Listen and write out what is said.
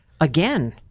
again